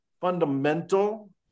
fundamental